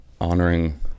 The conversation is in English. honoring